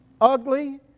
ugly